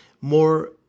more